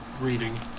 reading